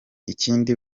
ikindi